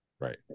Right